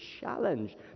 challenge